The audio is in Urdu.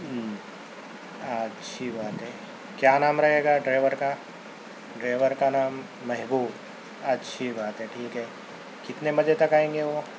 اچھی بات ہے کیا نام رہے گا ڈرائیور کا ڈرائیور کا نام محبوب اچھی بات ہے ٹھیک ہے کتنے بجے تک آئیں گے وہ